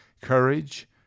courage